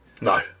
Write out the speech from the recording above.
No